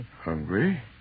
Hungry